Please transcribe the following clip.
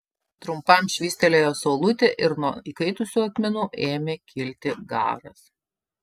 trumpam švystelėjo saulutė ir nuo įkaitusių akmenų ėmė kilti garas